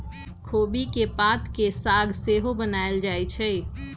खोबि के पात के साग सेहो बनायल जाइ छइ